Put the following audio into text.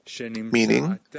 meaning